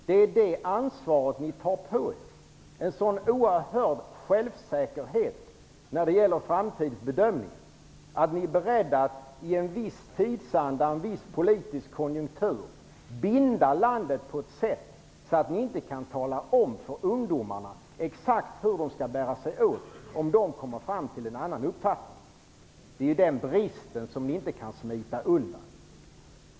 Ni tar på er ansvaret för att med en sådan oerhörd självsäkerhet i framtidsbedömningen, i en viss tidsanda och i en viss politisk konjunktur, vara beredda att binda landet på ett sådant sätt att ni inte kan tala om för ungdomarna exakt hur de skall bära sig åt, om de kommer fram till en annan uppfattning. Det är en brist som ni inte kan smita undan från.